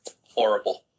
Horrible